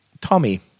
Tommy